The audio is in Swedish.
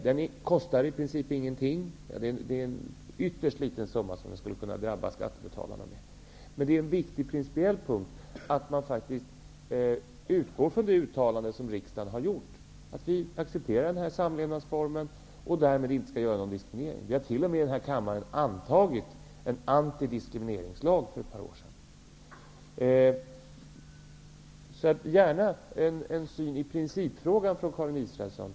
Den kostar i princip ingenting; det är en ytterst liten summa som skulle kunna drabba skattebetalarna. Det är principiellt viktigt att utgå från det uttalande som riksdagen har gjort, dvs. att vi accepterar den här samlevnadsformen och därmed inte skall godta någon diskriminering. Vi har t.o.m. i kammaren antagit en antidiskrimineringslag för ett par år sedan. Jag vill gärna veta vilken syn Karin Israelsson har i principfrågan.